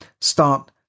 start